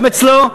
גם אצלו,